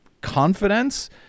confidence